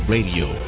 Radio